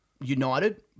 United